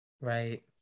Right